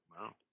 Wow